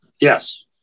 Yes